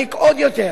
ולהרחיק עוד יותר